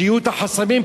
שיהיו החסמים,